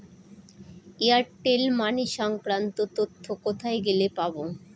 Airtel money সংক্রান্ত তথ্য কোথায় গেলে পাব?